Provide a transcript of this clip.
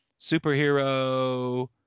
superhero